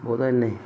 ਬਹੁਤ ਆ ਇੰਨੇ